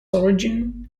origin